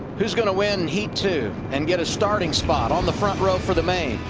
whose going to win heat two and get a starting spot on the front row for the main.